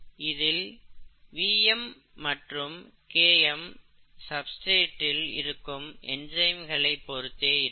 இதில் Vm மற்றும் Km சப்ஸ்டிரேட்டில் இருக்கும் என்சைம்களை பொருத்தே இருக்கும்